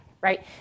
right